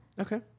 Okay